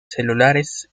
celulares